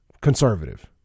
Conservative